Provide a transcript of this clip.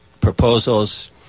proposals